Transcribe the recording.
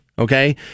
Okay